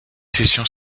sessions